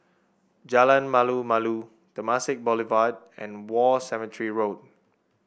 Jalan Malu Malu Temasek Boulevard and War Cemetery Road